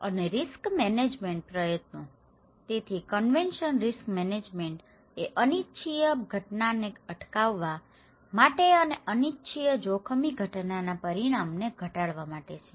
અને risk management પ્રયત્નો તેથી કન્વેન્શન રિસ્ક મેનેજમેન્ટ એ અનિચ્છનીય ઘટનાને અટકાવવા માટે અને અનિચ્છનીય જોખમી ઘટનાના પરિણામને ઘટાડવા માટે છે